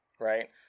right